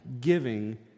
giving